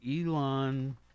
Elon